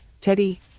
Teddy